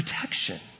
protection